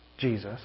Jesus